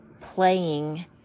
playing